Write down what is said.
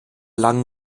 langen